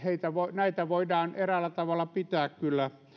näitä voidaan eräällä tavalla pitää kyllä